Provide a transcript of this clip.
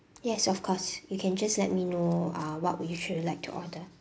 yes of course you can just let me know ah what would your children like to order